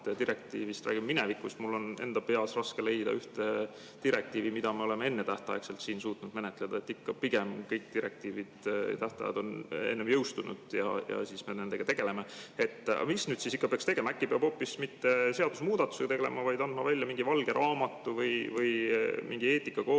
direktiivist räägime minevikus. Mul on enda peas raske leida direktiivi, mida me oleksime siin ennetähtaegselt suutnud menetleda. Ikka on pigem kõik direktiivide tähtajad enne jõustunud ja alles siis me tegeleme nendega. Mis nüüd siis peaks tegema? Äkki ei peaks hoopis mitte seadusemuudatusega tegelema, vaid andma välja mingi valge raamatu või mingi eetikakoodeksi